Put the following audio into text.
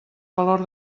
valor